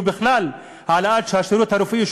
ובכלל העלאת רמת השירות הרפואי,